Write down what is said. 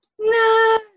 No